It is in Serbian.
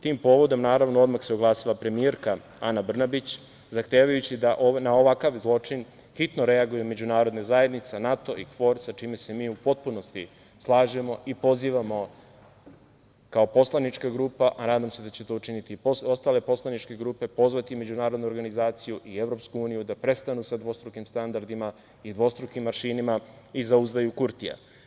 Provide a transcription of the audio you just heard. Tim povodom, naravno, odmah se oglasila premijerka Ana Brnabić, zahtevajući da na ovakav zločin hitno reaguju međunarodna zajednica NATO i KFOR sa čime se mi u potpunosti slažemo i pozivamo kao poslanička grupa, a nadam se da će to učiniti i ostale poslaničke grupe, pozvati međunarodnu organizaciju i EU da prestanu sa dvostrukim standardima i dvostrukim aršinima i zauzdaju Kurtija.